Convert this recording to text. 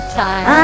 time